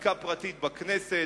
חקיקה פרטית בכנסת,